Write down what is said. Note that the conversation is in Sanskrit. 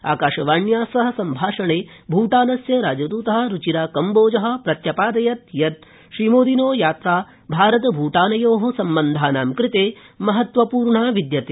आकाशवाण्या सह सम्भाषणे भूटानस्य राजदृत रुचिरा कम्बोज प्रावोचत् यत् श्रीमोदिनो यात्रा भारत भूटानयो सम्बन्धानां कृते महत्त्वपूर्णा विद्यते